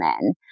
men